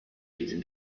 diesem